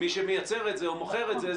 אבל בשביל מי שמייצר את זה או מוכר את זה,